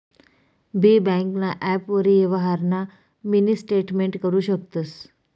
बी ब्यांकना ॲपवरी यवहारना मिनी स्टेटमेंट करु शकतंस